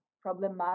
problematic